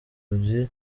urugi